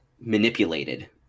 manipulated